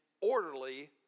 orderly